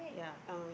yaeh